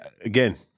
again-